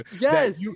yes